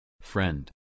Friend